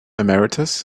emeritus